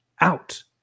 out